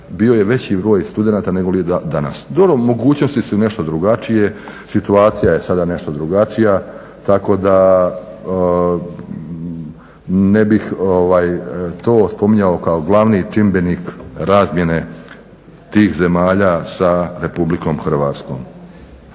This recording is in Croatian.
bio je veći broj studenata nego li danas. Dobro, mogućnosti su nešto drugačije, situacija je sada nešto drugačija tako da ne bih to spominjao kao glavni čimbenik razmjene tih zemalja sa RH.